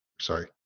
sorry